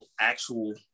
actual